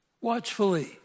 Watchfully